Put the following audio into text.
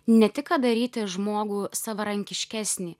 ne tik kad daryti žmogų savarankiškesnį